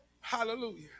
Hallelujah